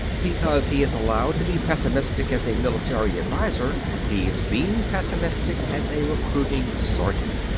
because he is allowed to be pessimistic as a military adviser he is being pessimistic as a recruiting sergeant.